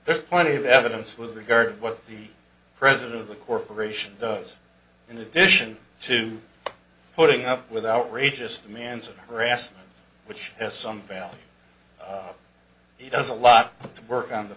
there's plenty of evidence with regard what the president of the corporation does in addition to putting up with outrageous demands of grass which has some value he does a lot of work on the